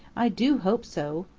i do hope so.